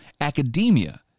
Academia